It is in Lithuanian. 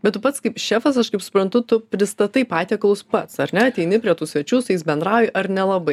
bet tu pats kaip šefas aš kaip suprantu tu pristatai patiekalus pats ar ne ateini prie tų svečių su jais bendrauji ar nelabai